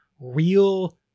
real